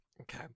Okay